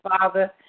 father